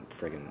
friggin